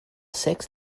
six